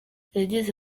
yagize